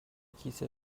کیسه